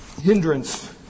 hindrance